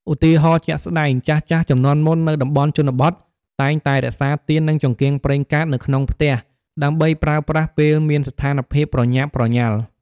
ឧទាហរណ៍ជាក់ស្ដែង ចាស់ៗជំនាន់មុន នៅតំបន់ជនបទ តែងតែរក្សាទៀន និងចង្កៀងប្រេងកាតនៅក្នុងផ្ទះ ដើម្បីប្រើប្រាស់ពេលមានស្ថានភាពប្រញាប់ប្រញាល់។